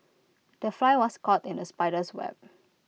the fly was caught in the spider's web